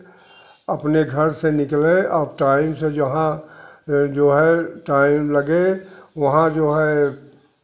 अपने घर से निकले और टाइम से जहाँ जो है टाइम लगे वहाँ जो है